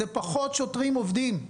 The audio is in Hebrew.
זה פחות שוטרים עובדים,